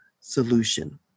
solution